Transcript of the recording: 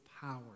power